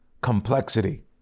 complexity